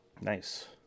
Nice